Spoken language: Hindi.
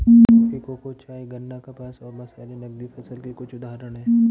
कॉफी, कोको, चाय, गन्ना, कपास और मसाले नकदी फसल के कुछ उदाहरण हैं